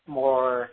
more